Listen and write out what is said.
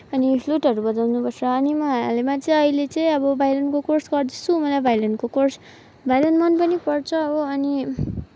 अनि फ्लुटहरू बजाउनुपर्छ अनि म हालैमा चाहिँ अहिले चाहिँ अब भायोलिनको कोर्स गर्दैछु मलाई भायोलिनको कोर्स भायोलिन मन पनि पर्छ हो अनि